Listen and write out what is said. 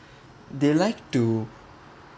they like to